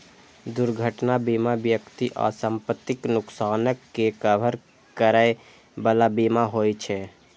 दुर्घटना बीमा व्यक्ति आ संपत्तिक नुकसानक के कवर करै बला बीमा होइ छे